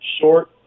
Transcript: short